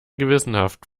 gewissenhaft